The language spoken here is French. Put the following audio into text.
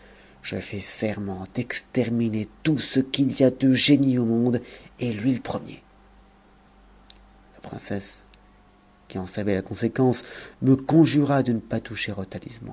je fais serment d'exterminer tout ce qu'il y a de génies au monde et lui le premier la princesse qui en savait la conséquence me conjura de ne pas toucher